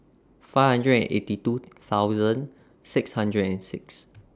five hundred and eighty two thousand six hundred and six